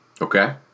Okay